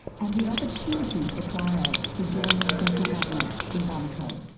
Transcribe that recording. and the opportunity for tuaregs to join the central government in bamako.